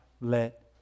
let